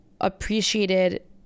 appreciated